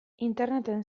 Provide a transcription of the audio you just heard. interneten